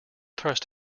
thrust